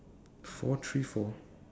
four three four